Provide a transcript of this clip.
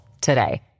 today